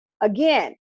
Again